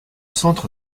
centre